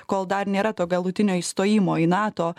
kol dar nėra to galutinio įstojimo į nato